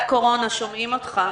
בדיקה מסוימת,